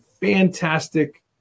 fantastic